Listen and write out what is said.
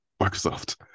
Microsoft